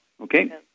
Okay